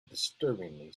disturbingly